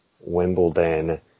Wimbledon